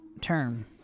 term